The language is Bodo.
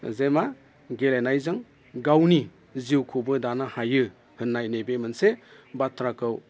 जे मा गेलेनायजों गावनि जिउखौबो दानो हायो होननाय नैबे मोनसे बाथ्राखौ